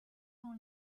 temps